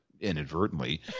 inadvertently